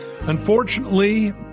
unfortunately